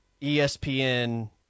ESPN